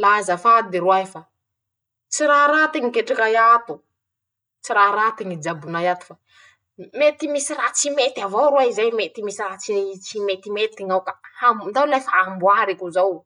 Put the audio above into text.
La azafady roahy fa, tsy raha raty ñy ketrikay ato, tsy raha raty ñy jabonay ato fa, mety misy raha tsy mety avao roahy zay, mety misy raha ts tsy metimety ñao ka ndao lay fa hamboariko zao,